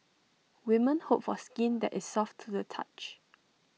women hope for skin that is soft to the touch